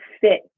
fit